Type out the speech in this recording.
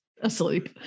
asleep